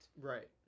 Right